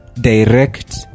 direct